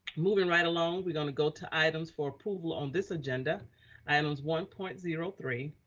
moving right along. we're gonna go to items for approval on this agenda items one point zero three,